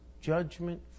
judgment